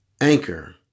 Anchor